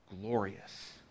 glorious